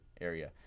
area